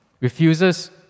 refuses